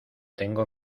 tengo